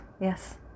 Yes